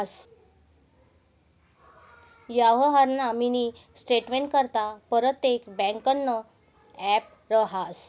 यवहारना मिनी स्टेटमेंटकरता परतेक ब्यांकनं ॲप रहास